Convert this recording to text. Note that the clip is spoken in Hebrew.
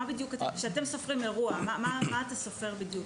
כשאתם סופרים אירוע מה בדיוק אתה סופר?